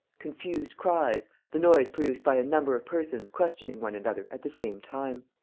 confused cries, the noise produced by a number of persons questioning one another at the same time.